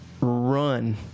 run